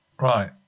right